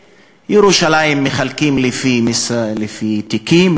את ירושלים מחלקים לפי תיקים,